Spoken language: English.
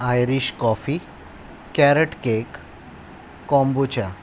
irish coffee carrot cake kombucha